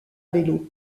vélo